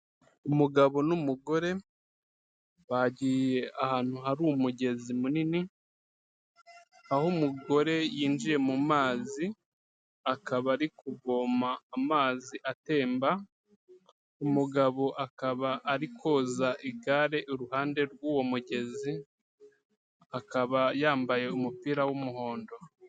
Umugabo n'umugore, bagiye ahantu hari umugezi munini, aho umugore yinjiye mu mazi, akaba ari kuvoma amazi atemba, umugabo akaba ari koza igare iruhande rw'uwo mugezi, akaba yambaye umupira w'umuhondo.